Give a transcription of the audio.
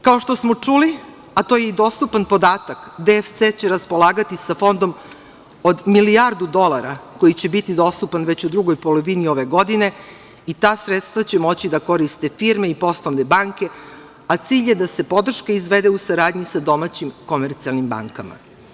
Kao što smo čuli, a to je i dostupan podatak, DFC će raspolagati sa fondom od milijardu dolara koji će biti dostupan već u drugoj polovini ove godine i ta sredstva će moći da koriste firme i poslovne banke, a cilj je da se podrška izvede u saradnji sa domaćim komercijalnim bankama.